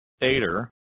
Ader